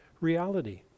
Reality